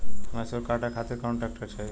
मैसूर काटे खातिर कौन ट्रैक्टर चाहीं?